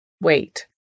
Wait